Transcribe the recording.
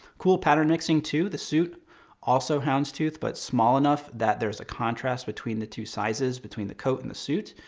cool pattern mixing too, the suit also houndstooth, but small enough that there's a contrast between the two sizes, between the coat and the suit.